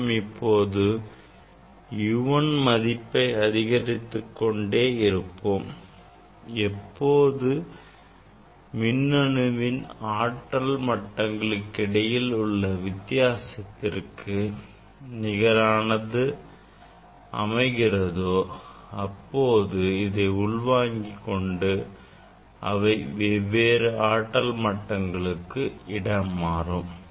நான் இப்போது U 1 மதிப்பை அதிகரித்துக் கொண்டே இருப்போம் எப்போது மின்னணுவியல் ஆற்றல் மட்டங்களில் கிடையே உள்ள வித்தியாசத்திற்கு நிகரானது அமைகிறதோ அப்போது அதை உள்வாங்கிக் கொண்டு அவை வேறு ஆற்றல் மட்டங்களுக்கு இடமாறும்